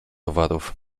owadów